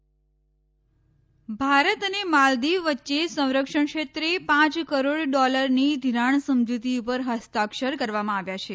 ભારત માલદીવ ભારત અને માલદીવ વચ્ચે સંરક્ષણ ક્ષેત્રે પાંચ કરોડ ડોલરની ઘિરાણ સમજતી ઉપર ફસ્તાક્ષર કરવામાં આવ્યા છે